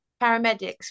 paramedics